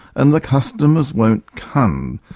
and the customers won't come.